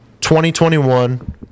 2021